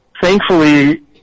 Thankfully